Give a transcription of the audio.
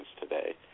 today